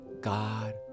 God